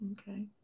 Okay